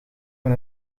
met